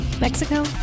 Mexico